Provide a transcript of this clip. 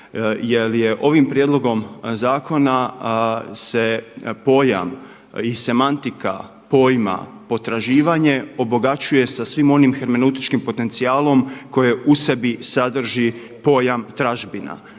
ovim prijedlogom zakona pojam i semantika pojma potraživanje obogaćuje sa svim onim hermeneutičkim potencijalom koje u sebi sadrži pojam tražbina.